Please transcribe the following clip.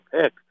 pick